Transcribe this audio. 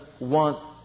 want